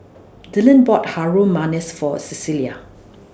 Dyllan bought Harum Manis For Cecilia